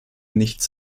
nichts